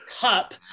cup